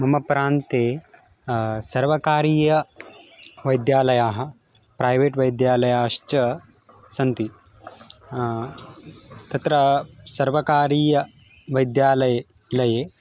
मम प्रान्ते सर्वकारीयवैद्यालयाः प्रैवेट् वैद्यालयाश्च सन्ति तत्र सर्वकारीयवैद्यालये लये